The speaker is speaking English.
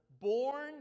born